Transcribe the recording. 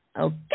Okay